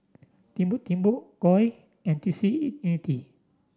Timbuk Timbuk Koi and T C Unity